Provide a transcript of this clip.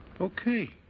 Okay